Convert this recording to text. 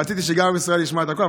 רציתי שגם עם ישראל ישמע את הכול.